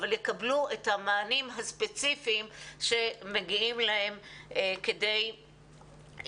אבל יקבל ואת המענים הספציפיים שמגיעים להם כדי להרגיש